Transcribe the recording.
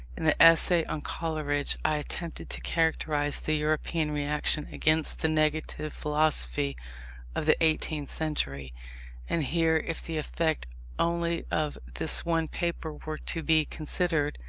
in the essay on coleridge i attempted to characterize the european reaction against the negative philosophy of the eighteenth century and here, if the effect only of this one paper were to be considered,